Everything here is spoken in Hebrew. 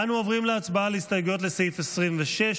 אנו עוברים להצבעה על הסתייגויות לסעיף 26,